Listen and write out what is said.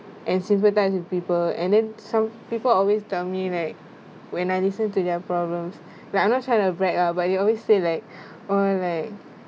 and sympathise with people and then some people always tell me like when I listen to their problems like I'm not trying to brag ah but they always say like or like